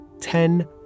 ten